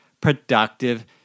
productive